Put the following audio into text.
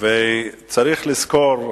צריך לזכור,